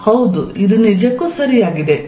ಸಮಯ ನೋಡಿ 0924 ಹೌದು ಇದು ನಿಜಕ್ಕೂ ಸರಿಯಾಗಿದೆ